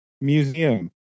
Museum